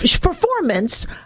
performance